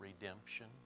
redemption